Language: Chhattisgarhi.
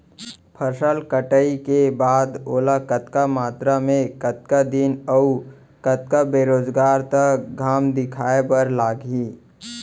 फसल कटाई के बाद ओला कतका मात्रा मे, कतका दिन अऊ कतका बेरोजगार तक घाम दिखाए बर लागही?